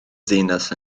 ddinas